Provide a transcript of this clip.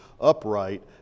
upright